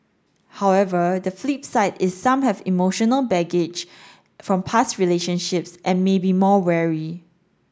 however the flip side is some have emotional baggage from past relationships and may be more wary